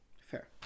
Fair